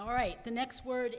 all right the next word